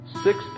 six